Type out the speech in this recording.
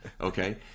okay